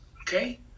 okay